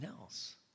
else